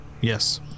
Yes